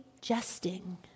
jesting